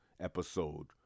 episode